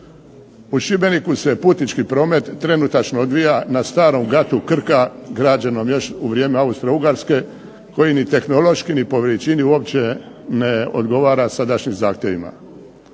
U Šibeniku se putnički promet trenutačno odvija na starom gatu Krka građenog još u vrijeme Austro-Ugarske koji ni tehnološki, ni po veličini uopće ne odgovara sadašnjim zahtjevima.